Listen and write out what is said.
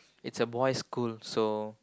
it's a boys school so